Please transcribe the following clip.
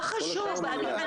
לא חשוב.